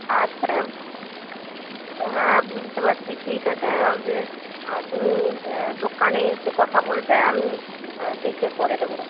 আচ্ছা হ্যাঁ বুঝতে পারছি ঠিক আছে তুমি দোকানে এসে কথা বলবে আমি দেখে করে দেবো